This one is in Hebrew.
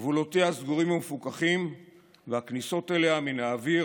גבולותיה סגורים ומפוקחים והכניסות אליה מן האוויר,